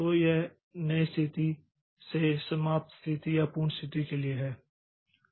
तो यह नए स्थिति से समाप्त स्थिति या पूर्ण स्थिति के लिए है